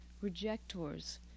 rejectors